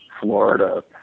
Florida